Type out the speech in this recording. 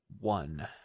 one